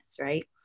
Right